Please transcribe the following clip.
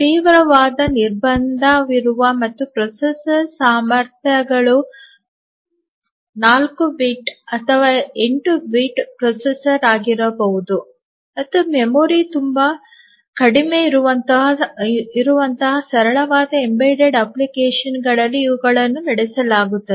ತೀವ್ರವಾದ ನಿರ್ಬಂಧವಿರುವ ಮತ್ತು ಪ್ರೊಸೆಸರ್ ಸಾಮರ್ಥ್ಯಗಳು 4 ಬಿಟ್ ಅಥವಾ 8 ಬಿಟ್ ಪ್ರೊಸೆಸರ್ ಆಗಿರಬಹುದು ಮತ್ತು ಮೆಮೊರಿ ತುಂಬಾ ಕಡಿಮೆ ಇರುವಂತಹ ಸರಳವಾದ ಎಂಬೆಡೆಡ್ ಅಪ್ಲಿಕೇಶನ್ಗಳಲ್ಲಿ ಇವುಗಳನ್ನು ನಡೆಸಲಾಗುತ್ತದೆ